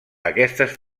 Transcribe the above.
aquestes